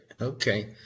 Okay